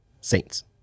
Saints